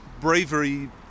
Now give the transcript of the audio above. bravery